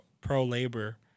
pro-labor